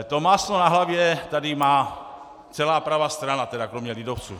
To máslo na hlavě tady má celá pravá strana, tedy kromě lidovců.